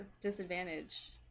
disadvantage